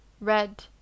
red